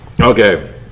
Okay